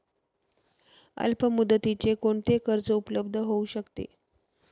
अल्पमुदतीचे कोणते कर्ज उपलब्ध होऊ शकते?